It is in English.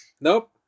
nope